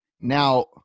Now